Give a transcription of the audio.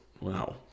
Wow